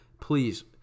please